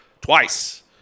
twice